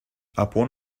upon